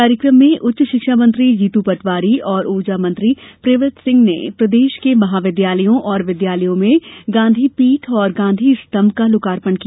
कार्यक्रम में उच्च शिक्षा मंत्री जीतू पटवारी और ऊर्जा मंत्री प्रियव्रत सिंह ने प्रदेश के महाविद्यालयों और विश्वविद्यालयों में गांधी पीठ और गांधी स्तम्भ को लोकार्पण किया